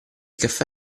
caffè